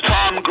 Tom